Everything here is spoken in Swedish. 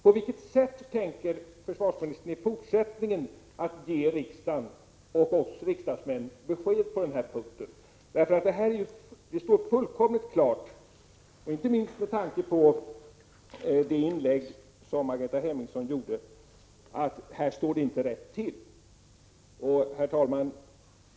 På vilket sätt tänker försvarsministern i fortsättningen ge riksdagen besked på den här punkten? Det står fullt klart, inte minst med tanke på det inlägg som Margareta Hemmingsson gjorde, att här står det inte rätt till. Herr talman!